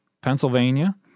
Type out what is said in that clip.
Pennsylvania